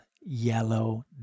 yellow